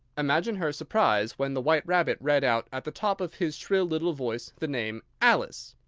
imagine her surprise, when the white rabbit read out, at the top of his shrill little voice, the name alice!